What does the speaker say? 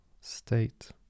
state